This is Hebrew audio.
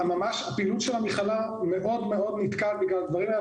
הפעילות של המכללה מאוד נתקעת בגלל הדברים האלה.